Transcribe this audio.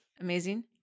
amazing